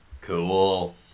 Cool